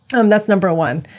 um that's number one.